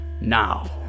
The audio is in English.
now